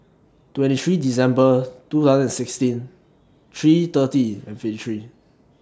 twenty three December two thousand and sixteen three thirty and fifty three